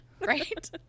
right